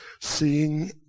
Seeing